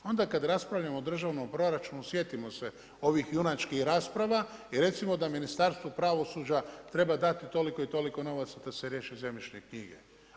Onda kada raspravljamo o državnom proračuna, sjetimo se ovih junačkih rasprava i recimo da Ministarstvu pravosuđa treba dati toliko i toliko novaca da se riješi zemljišnih knjiga.